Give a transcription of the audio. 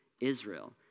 Israel